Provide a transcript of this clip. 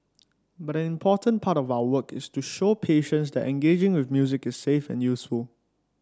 but an important part of our work is to show patients that engaging with music is safe and useful